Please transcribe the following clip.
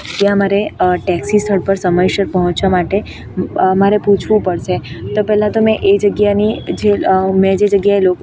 ત્યાં મારે ટેક્સી સ્થળ પર સમયસર પહોંચવા માટે મારે પૂછવું પડશે તો પહેલાં તો મેં એ જગ્યાની જે મેં જે જગ્યાએ